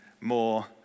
more